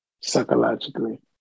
psychologically